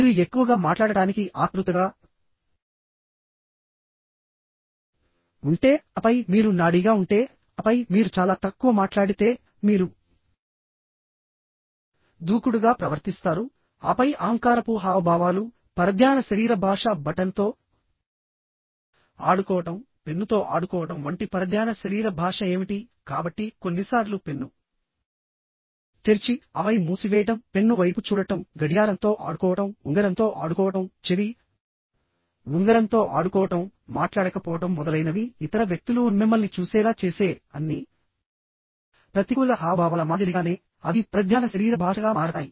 మీరు ఎక్కువగా మాట్లాడటానికి ఆత్రుతగా ఉంటే ఆపై మీరు నాడీగా ఉంటే ఆపై మీరు చాలా తక్కువ మాట్లాడితే మీరు దూకుడుగా ప్రవర్తిస్తారుఆపై అహంకారపు హావభావాలు పరధ్యాన శరీర భాష బటన్తో ఆడుకోవడంపెన్నుతో ఆడుకోవడం వంటి పరధ్యాన శరీర భాష ఏమిటి కాబట్టి కొన్నిసార్లు పెన్ను తెరిచిఆపై మూసివేయడంపెన్ను వైపు చూడటం గడియారంతో ఆడుకోవడంఉంగరంతో ఆడుకోవడంచెవి ఉంగరంతో ఆడుకోవడం మాట్లాడకపోవడం మొదలైనవి ఇతర వ్యక్తులు మిమ్మల్ని చూసేలా చేసే అన్ని ప్రతికూల హావభావాల మాదిరిగానే అవి పరధ్యాన శరీర భాషగా మారతాయి